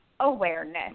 awareness